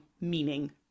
meaning